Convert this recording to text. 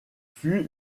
fut